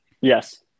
Yes